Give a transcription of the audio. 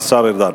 בבקשה, השר ארדן.